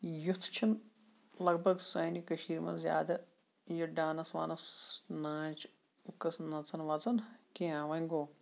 یُتھ چھُنہٕ لگ بگ سانہِ کٔشیٖر منٛز زیادٕ یہِ ڈَانٕس وانٕس یہِ ناچ کٕس نَژن وَژن کیٚنٛہہ وۄنۍ گوٚو